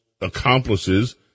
accomplices